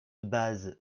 base